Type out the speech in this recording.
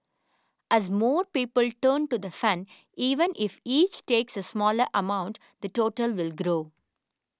as more people turn to the fund even if each takes a smaller amount the total will grow